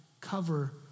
cover